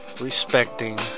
respecting